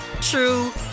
true